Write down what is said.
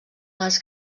les